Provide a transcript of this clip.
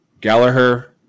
Gallagher